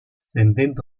sentendo